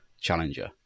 challenger